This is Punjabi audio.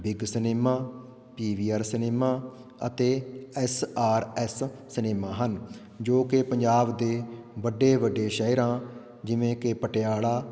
big cinema P V R cinema ਅਤੇ ਐੱਸ ਆਰ ਐੱਸ ਸਿਨੇਮਾ ਹਨ ਜੋ ਕਿ ਪੰਜਾਬ ਦੇ ਵੱਡੇ ਵੱਡੇ ਸ਼ਹਿਰਾਂ ਜਿਵੇਂ ਕਿ ਪਟਿਆਲਾ